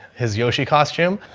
his yoshi costume